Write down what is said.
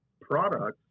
products